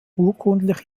urkundlich